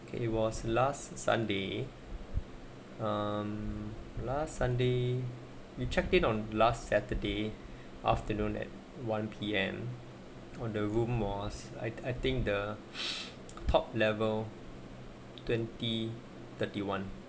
it was last sunday last um sunday you check it on last saturday afternoon at one P_M on the room was I I think the top level twenty thirty one